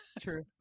true